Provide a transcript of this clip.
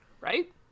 Right